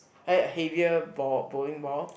hea~ heavier ball bowling ball